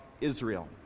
Israel